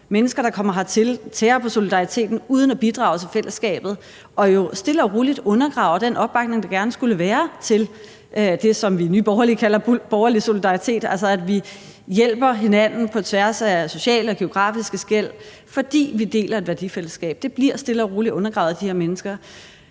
mennesker, der kommer hertil og tærer på solidariteten uden at bidrage til fællesskabet, og stille og roligt undergraver det jo den opbakning, der gerne skulle være til det, som vi i Nye Borgerlige kalder borgerlig solidaritet – altså at vi hjælper hinanden på tværs af sociale og geografiske skel, fordi vi deler et værdifællesskab. Det bliver stille og roligt undergravet af de her mennesker.